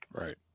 Right